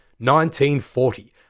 1940